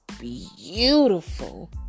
beautiful